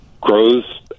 grows